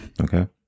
Okay